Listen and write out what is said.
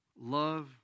love